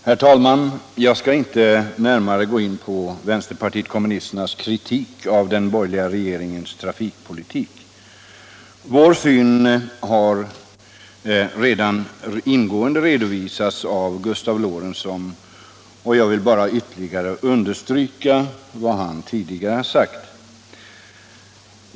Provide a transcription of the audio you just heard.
Herr talman! Jag skall inte närmare gå in på Vänsterpartiet kommunisternas kritik av den borgerliga regeringens trafikpolitik — Gustav Lorentzon har redan ingående redovisat den, och jag vill bara understryka vad han har sagt.